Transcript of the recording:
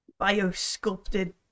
biosculpted